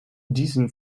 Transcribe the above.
descend